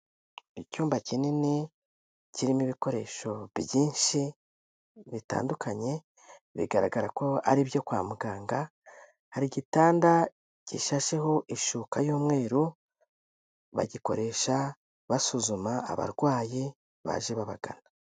Icyumba kinini kirimo ibikoresho byinshi bitandukanye, bigaragara ko ari ibyo kwa muganga, hari igitanda gishasheho ishuka y'umweru, bagikoresha basuzuma abarwayi baje babagana.